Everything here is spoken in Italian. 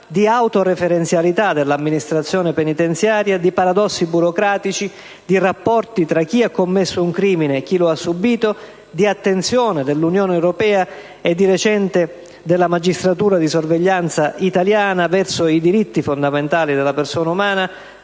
di autoreferenzialità dell'amministrazione penitenziaria, di paradossi burocratici, di rapporti tra chi ha commesso un crimine e chi lo ha subito, di attenzione dell'Unione europea e, di recente, della magistratura di sorveglianza italiana verso i diritti fondamentali della persona umana,